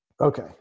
okay